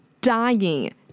dying